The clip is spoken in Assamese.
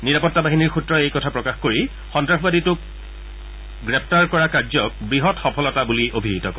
নিৰাপত্তা বাহিনীৰ সূত্ৰই এই কথা প্ৰকাশ কৰি সন্ত্ৰাসবাদীটোক গ্ৰেপ্তাৰ কৰা কাৰ্যক বৃহৎ সফলতা বুলি অভিহিত কৰে